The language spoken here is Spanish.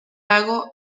lago